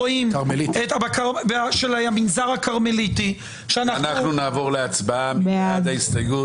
נצביע על הסתייגות 233. מי בעד?